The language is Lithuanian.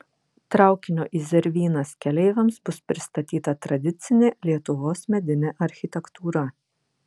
traukinio į zervynas keleiviams bus pristatyta tradicinė lietuvos medinė architektūra